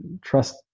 trust